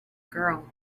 girl